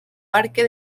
parque